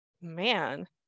man